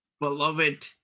beloved